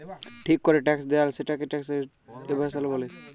ঠিক ক্যরে ট্যাক্স দেয়লা, সেটকে ট্যাক্স এভাসল ব্যলে